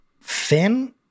fin